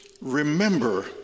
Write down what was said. Remember